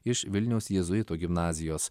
iš vilniaus jėzuitų gimnazijos